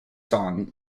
song